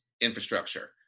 infrastructure